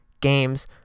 games